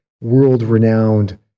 world-renowned